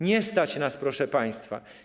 Nie stać nas, proszę państwa.